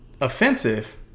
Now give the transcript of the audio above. offensive